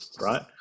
right